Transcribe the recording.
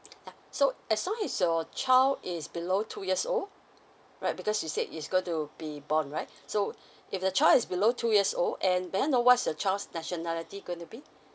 ah so as long as your child is below two years old right because you said is going to be born right so if the child is below two years old and may I know what's the child's nationality gonna be